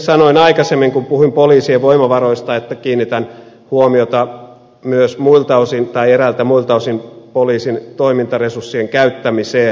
sanoin aikaisemmin kun puhuin poliisien voimavaroista että kiinnitän huomiota myös eräiltä muilta osin poliisin toimintaresurssien käyttämiseen